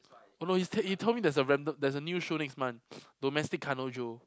oh no he's he told there's a rand~ there's a new show next month Domestic Kanojo